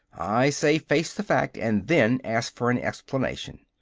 i say face the fact and then ask for an explanation!